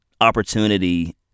opportunity